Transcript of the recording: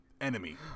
enemy